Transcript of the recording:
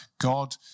God